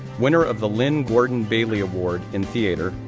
winner of the lynn gordon bailey award in theater,